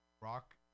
rock